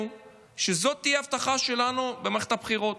שזו תהיה הבטחה שלנו במערכת הבחירות.